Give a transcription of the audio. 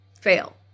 fail